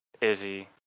Izzy